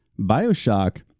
Bioshock